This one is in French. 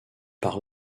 par